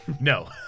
No